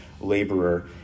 laborer